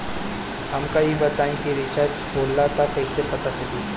हमका ई बताई कि रिचार्ज होला त कईसे पता चली?